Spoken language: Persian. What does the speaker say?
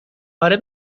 اره